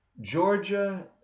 Georgia